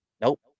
nope